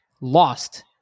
Lost